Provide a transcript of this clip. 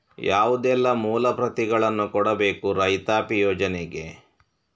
ಯಾವುದೆಲ್ಲ ಮೂಲ ಪ್ರತಿಗಳನ್ನು ಕೊಡಬೇಕು ರೈತಾಪಿ ಯೋಜನೆಗೆ?